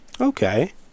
Okay